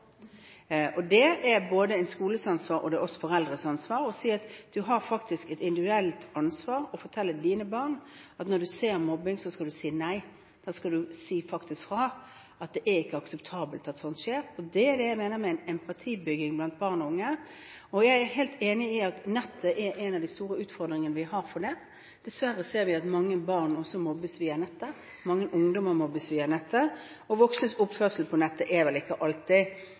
Det er både skolens ansvar og foreldrenes ansvar å fortelle barn at de faktisk har et individuelt ansvar: Når du ser mobbing, skal du si nei, da skal du si ifra at det ikke er akseptabelt at slikt skjer. Det er det jeg mener med empatibygging blant barn og unge. Jeg er helt enig i at nettet er en av de store utfordringene vi har for det. Dessverre ser vi at mange barn også mobbes via nettet, mange ungdommer mobbes via nettet, og voksnes oppførsel på nettet er vel ikke alltid